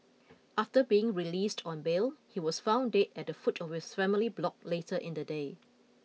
after being released on bail he was found dead at the foot of his family's block later in the day